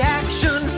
action